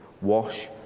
wash